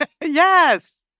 Yes